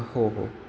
हो हो